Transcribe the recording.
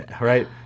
right